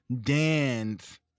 dance